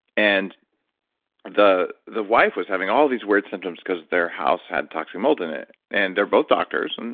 and the the wife was having all these weird symptoms because their house had toxic mold in it. and they're both doctors.